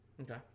Okay